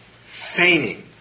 feigning